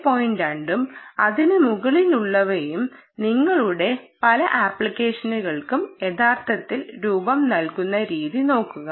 2 ഉം അതിനുമുകളിലുള്ളവയും നിങ്ങളുടെ പല ആപ്ലിക്കേഷനുകൾക്കും യഥാർത്ഥത്തിൽ രൂപം നൽകുന്ന രീതി നോക്കുക